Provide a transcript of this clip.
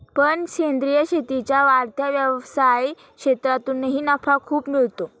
पण सेंद्रीय शेतीच्या वाढत्या व्यवसाय क्षेत्रातूनही नफा खूप मिळतो